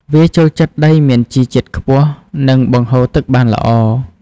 វាចូលចិត្តដីមានជីជាតិខ្ពស់ និងបង្ហូរទឹកបានល្អ។